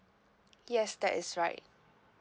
yes that is right